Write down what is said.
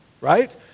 right